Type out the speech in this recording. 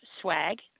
SWAG